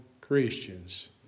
Christians